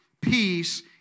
peace